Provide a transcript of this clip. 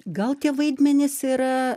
gal tie vaidmenys yra